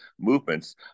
movements